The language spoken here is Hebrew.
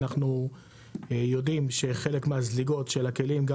אנחנו יודעים שחלק מהזליגות של הכלים גם